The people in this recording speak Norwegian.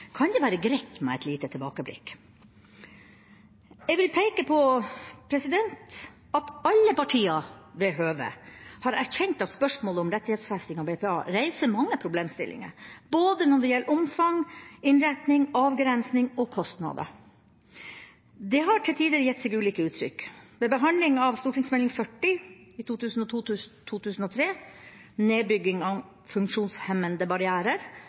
kan det være greit med et lite tilbakeblikk. Jeg vil peke på at alle partier ved høve har erkjent at spørsmålet om rettighetsfesting av BPA reiser mange problemstillinger, både når det gjelder omfang, innretning, avgrensing og kostnader. Det har til tider gitt seg ulike uttrykk. Ved behandling av Meld. St. 40 for 2002–2003, Nedbygging av funksjonshemmende barrierer,